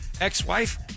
ex-wife